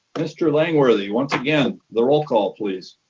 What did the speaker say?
mr. langworthy, once again, the roll call, please.